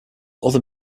other